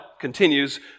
continues